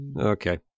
Okay